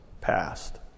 passed